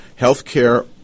healthcare